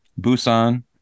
busan